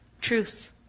truth